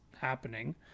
happening